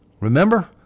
Remember